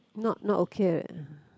not not okay